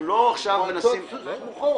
אנחנו עכשיו לא מנסים --- מועצות סמוכות,